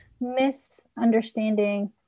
misunderstanding